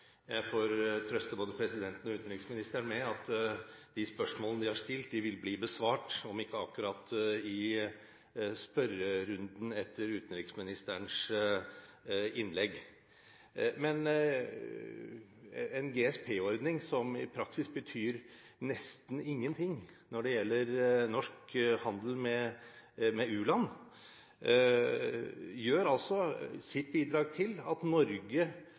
Jeg får trøste både presidenten og utenriksministeren med at de spørsmålene de har stilt, vil bli besvart, om ikke akkurat i spørrerunden etter utenriksministerens innlegg. Men en GSP-ordning som i praksis betyr nesten ingenting når det gjelder norsk handel med u-land, bidrar altså til at Norge